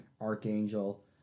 Archangel